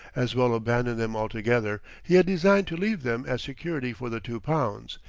as well abandon them altogether he had designed to leave them as security for the two pounds,